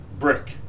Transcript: Brick